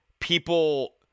people